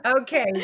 Okay